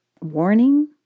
warning